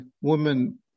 woman